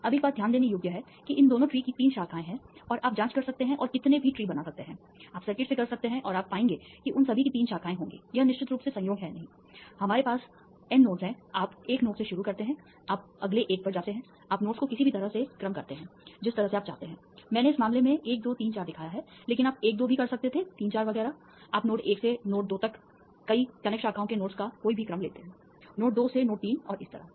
अब एक बात ध्यान देने योग्य है कि इन दोनों ट्री की 3 शाखाएँ हैं और आप जाँच कर सकते हैं और कितने भी ट्री बना सकते हैं आप सर्किट से कर सकते हैं और आप पाएंगे कि उन सभी की 3 शाखाएँ होंगी यह निश्चित रूप से संयोग है नहीं हमारे पास N नोड्स हैं आप एक नोड से शुरू करते हैं आप अगले एक पर जाते हैं आप नोड्स को किसी भी तरह से क्रम करते हैं जिस तरह से आप चाहते हैं मैंने इस मामले में 1 2 3 4 दिखाया है लेकिन आप 1 2 भी कर सकते थे 3 4 वगैरह आप नोड 1 से नोड 2 तक कई कनेक्ट शाखाओं के नोड्स का कोई भी क्रम लेते हैं नोड 2 से नोड 3 और इसी तरह